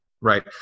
right